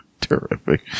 Terrific